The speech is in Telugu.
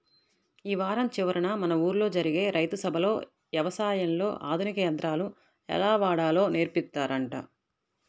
యీ వారం చివరన మన ఊల్లో జరిగే రైతు సభలో యవసాయంలో ఆధునిక యంత్రాలు ఎలా వాడాలో నేర్పిత్తారంట